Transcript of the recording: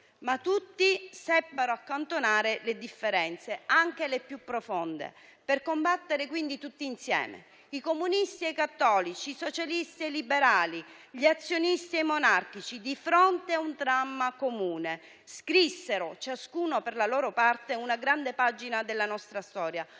Ma tutti seppero accantonare le differenze, anche le più profonde, per combattere tutti insieme. I comunisti e i cattolici, i socialisti e i liberali, gli azionisti e i monarchici, di fronte a un dramma comune scrissero, ciascuno per la loro parte, una grande pagina della nostra storia,